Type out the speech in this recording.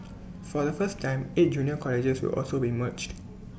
for the first time eight junior colleges will also be merged